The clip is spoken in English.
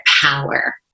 power